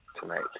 tonight